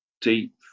deep